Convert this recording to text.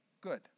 good